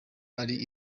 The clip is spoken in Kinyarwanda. ari